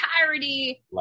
entirety